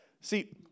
See